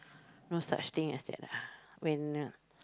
no such thing as that lah when uh